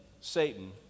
Satan